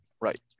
Right